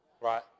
Right